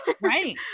right